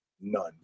None